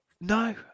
No